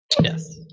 Yes